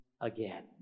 again